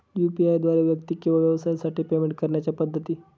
UPI द्वारे व्यक्ती किंवा व्यवसायांसाठी पेमेंट करण्याच्या पद्धती